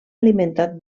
alimentat